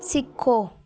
ਸਿੱਖੋ